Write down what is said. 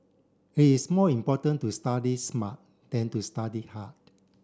it is more important to study smart than to study hard